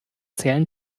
zählen